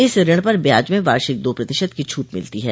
इस ऋण पर ब्याज में वार्षिक दो प्रतिशत की छूट मिलती है